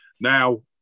Now